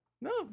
No